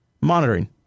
monitoring